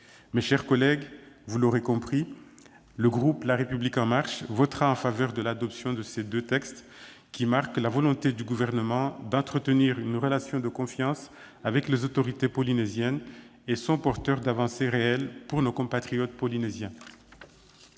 Mes chers collègues, vous l'aurez compris, le groupe La République En Marche votera en faveur de l'adoption de ces deux textes, qui marquent la volonté du Gouvernement d'entretenir une relation de confiance avec les autorités polynésiennes et sont porteurs d'avancées réelles pour nos compatriotes polynésiens.